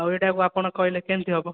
ଆଉ ଏଇଟାକୁ ଆପଣ କହିଲେ କେମିତି ହେବ